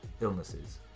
illnesses